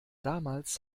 damals